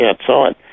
outside